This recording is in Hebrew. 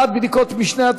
אגרה בעד בדיקות משנה),